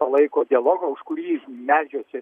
palaiko dialogą už kurį meldžiosi